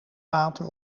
water